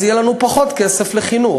אז יהיה לנו פחות כסף לחינוך.